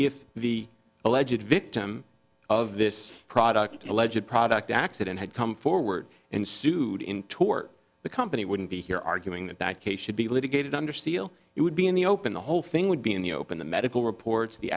if the alleged victim of this product a legit product accident had come forward and sued in tort the company wouldn't be here arguing that that case should be litigated under seal it would be in the open the whole thing would be in the open the medical reports the